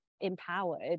empowered